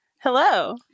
Hello